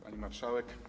Pani Marszałek!